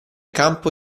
campo